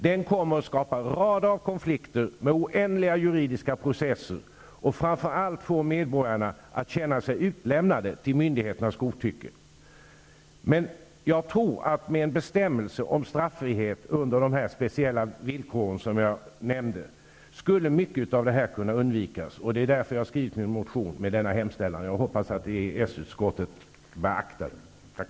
Den kommer att skapa rader av konflikter med oändliga juridiska processer och kommer framför allt att få medborgarna att känna sig utlämnade till myndigheternas godtycke. Men jag tror att med en bestämmelse om straffrihet under de speciella villkor som jag nämnde skulle mycket av detta kunna undvikas. Det är därför som jag har väckt en motion med en hemställan av denna innebörd. Jag hoppas att EES-utskottet beaktar den.